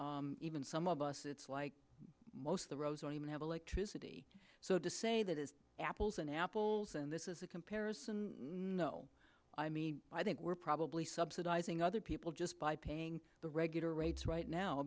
and even some of us it's like most of the roads or even have electricity so to say that is apples and apples and this is a comparison no i mean i think we're probably subsidizing other people just by paying the regular rates right now